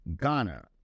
Ghana